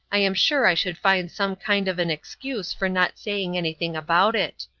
i am sure i should find some kind of an excuse for not saying anything about it.